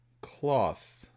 cloth